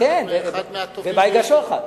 אחד הטובים ביותר.